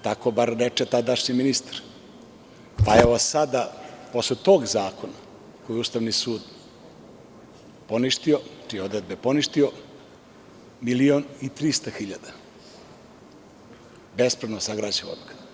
Tako bar reče tadašnji ministar, a evo sada posle tog zakona koji je Ustavni sud poništio i odredbe poništio 1.300.000 bespravno sagrađen.